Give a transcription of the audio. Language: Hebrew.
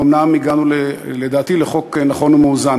ואומנם הגענו לדעתי לחוק נכון ומאוזן.